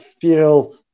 feel